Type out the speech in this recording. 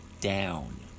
down